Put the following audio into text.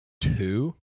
Two